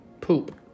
Poop